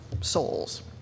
souls